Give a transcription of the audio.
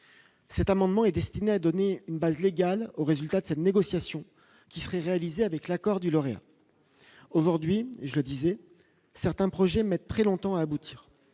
cet amendement est destiné à donner une base légale au résultat de cette négociation qui serait réalisé avec l'accord du lauréat, aujourd'hui, je le disais, certains projets mettent très longtemps à aboutir